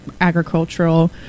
agricultural